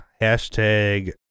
hashtag